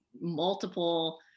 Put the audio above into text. multiple